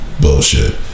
Bullshit